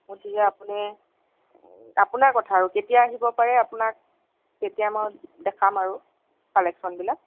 গতিকে আপুনি আপোনাৰ কথা আৰু কেতিয়া আহিব পাৰে আপোনাক তেতিয়া মই দেখাম আৰু কালেকচন বিলাক